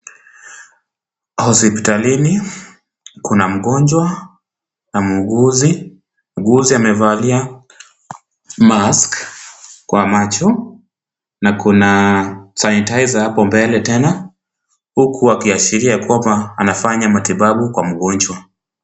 Hospitalini kuna mgonjwa na muuguzi. Muuguzi amevalia mask kwa macho na kuna sanitaiza hapo mbele tena. huku akiashiria kwamba anafanya matibabu kwa mgonjwa.